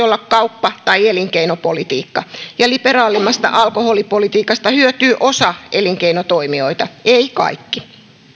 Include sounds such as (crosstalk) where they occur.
(unintelligible) olla kauppa tai elinkeinopolitiikka ja liberaalimmasta alkoholipolitiikasta hyötyy osa elinkeinotoimijoita eivät kaikki